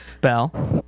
bell